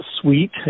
Suite